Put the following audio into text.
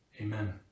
Amen